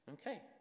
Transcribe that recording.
okay